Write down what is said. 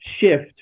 shift